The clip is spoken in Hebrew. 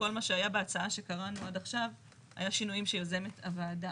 כל מה שהיה בהצעה שקראנו עד עכשיו היה שינויים שיוזמת הוועדה.